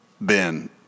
Ben